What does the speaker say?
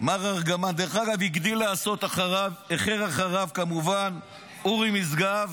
דרך אגב, הגדיל לעשות אחריו כמובן אורי משגב,